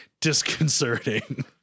disconcerting